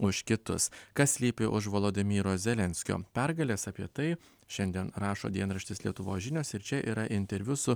už kitus kas slypi už volodymyro zelenskio pergalės apie tai šiandien rašo dienraštis lietuvos žinios ir čia yra interviu su